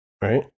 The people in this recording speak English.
right